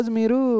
miru